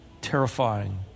terrifying